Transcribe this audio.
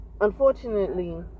unfortunately